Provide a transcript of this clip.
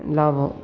लाभ हो